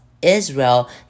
Israel